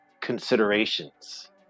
considerations